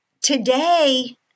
Today